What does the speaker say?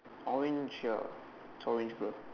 orange ya it's orange bro